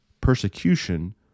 persecution